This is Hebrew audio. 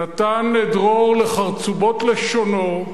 נתן דרור לחרצובות לשונו,